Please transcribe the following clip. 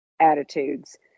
attitudes